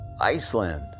Iceland